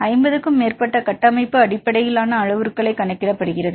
ஐம்பதுக்கும் மேற்பட்ட கட்டமைப்பு அடிப்படையிலான அளவுருக்களைக் கணக்கிடுகிறது